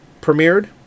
premiered